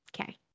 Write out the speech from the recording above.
Okay